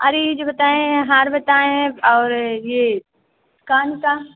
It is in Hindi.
अरे ये जो बताएँ हैं हार बताएँ है और ये कान का